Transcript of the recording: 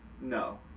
No